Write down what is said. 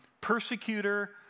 persecutor